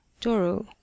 doro